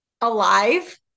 alive